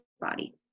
body